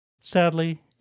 Sadly